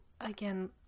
again